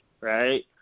right